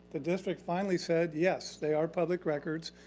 the district finally said yes, they are public records.